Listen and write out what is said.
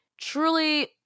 Truly